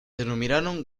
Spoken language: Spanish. denominaron